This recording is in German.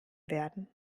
werden